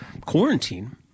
quarantine